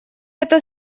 это